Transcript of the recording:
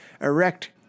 erect